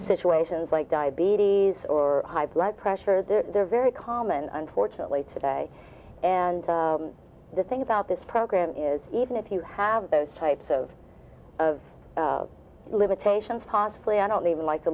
situations like diabetes or high blood pressure they're very common unfortunately today and the thing about this program is even if you have those types of of limitations possibly i don't even like to